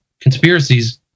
conspiracies